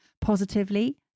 positively